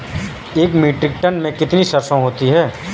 एक metric ton में कितनी सरसों होती है?